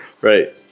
Right